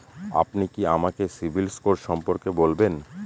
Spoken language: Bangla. আপনি কি আমাকে সিবিল স্কোর সম্পর্কে বলবেন?